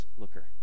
looker